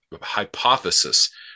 Hypothesis